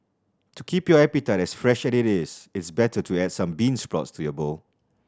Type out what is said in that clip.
to keep your appetite as fresh as it is it's better to add some bean sprouts to your bowl